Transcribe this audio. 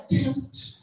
attempt